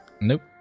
nope